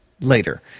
later